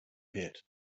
pit